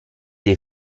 dei